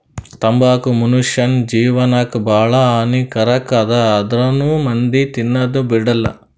ತಂಬಾಕು ಮುನುಷ್ಯನ್ ಜೇವನಕ್ ಭಾಳ ಹಾನಿ ಕಾರಕ್ ಅದಾ ಆಂದ್ರುನೂ ಮಂದಿ ತಿನದ್ ಬಿಡಲ್ಲ